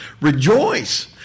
Rejoice